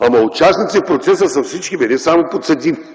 Ама участници в процеса са всички, не само подсъдимите,